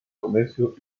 comercio